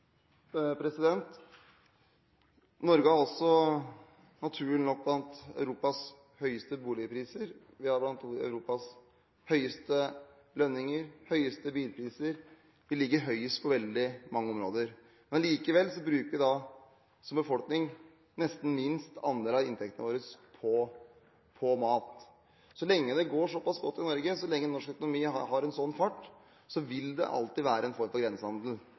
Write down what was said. Norge har også, naturlig nok, blant Europas høyeste boligpriser, vi har blant Europas høyeste lønninger og høyeste bilpriser – vi ligger høyest på veldig mange områder. Likevel bruker vi – som befolkning – nesten minst andel av inntekten vår på mat. Så lenge det går såpass godt i Norge, så lenge norsk økonomi har en slik fart, vil det alltid være en form for grensehandel.